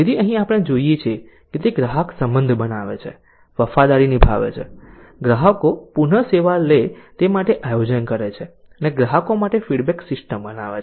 તેથી અહીં આપણે જોઈએ છીએ કે તે ગ્રાહક સંબંધ બનાવે છે વફાદારી નિભાવે છે ગ્રાહકો પુનઃ સેવા લે તે માટે આયોજન કરે છે અને ગ્રાહકો માટે ફીડબેક સિસ્ટમ બનાવે છે